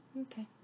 Okay